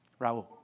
Raul